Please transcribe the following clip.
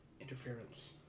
interference